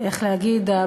איך להגיד,